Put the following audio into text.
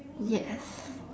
yes